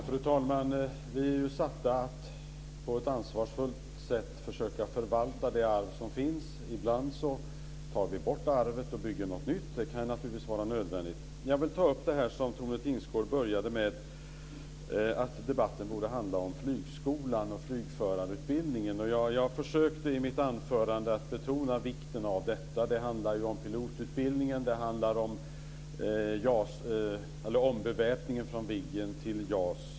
Fru talman! Vi är satta att på ett ansvarsfullt sätt försöka förvalta det arv som finns. Ibland tar vi bort arvet och bygger något nytt. Det kan naturligtvis vara nödvändigt. Jag vill ta upp det som Tone Tingsgård började med, nämligen att debatten borde handla om Flygskolan och flygförarutbildningen. Jag försökte i mitt anförande att betona vikten av detta. Det handlar om pilotutbildningen. Det handlar om ombeväpningen från Viggen till JAS.